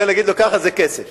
להגדיר כמה מלים פשוטות.